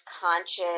conscious